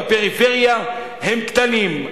בפריפריה הם קטנים,